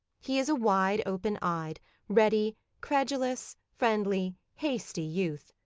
he is a wide-open-eyed, ready, credulous, friendly, hasty youth,